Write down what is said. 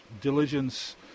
diligence